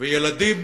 ילדים